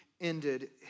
ended